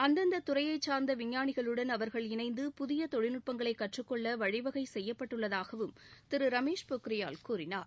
அந்தந்த துறையை சாா்ந்த விஞ்ஞானிகளுடன் அவா்கள் இணைந்து புதிய தொழில்நுட்பங்களை கற்றுக் கொள்ள வழிவகை செய்யப்பட்டுள்ளதாக திரு ரமேஷ் பொக்ரியால் கூறினார்